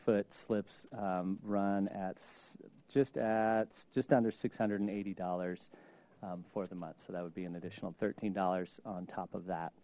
foot slips run at just at just under six hundred and eighty dollars for the month so that would be an additional thirteen dollars on top of that